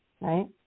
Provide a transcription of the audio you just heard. right